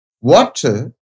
Water